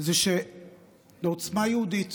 זה שלעוצמה יהודית